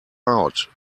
out